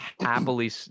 happily